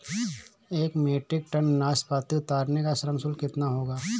एक metric tonne नाशपाती उतारने का श्रम शुल्क कितना होगा?